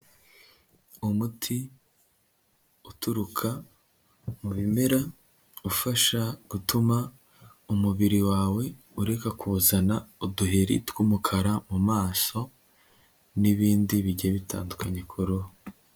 Umuti uturuka mu bimera ufasha gutuma umubiri wawe ureka ku zana uduheri tw'umukara mu maso n'ibindi bigiye bitandukanye ku ruhu.